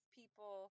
people